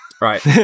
Right